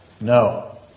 No